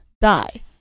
die